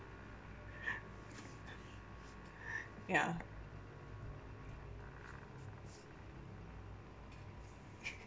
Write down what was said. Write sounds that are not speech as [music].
[laughs] ya